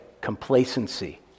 complacency